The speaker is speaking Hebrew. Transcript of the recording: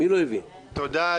תודה.